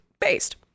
based